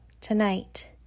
tonight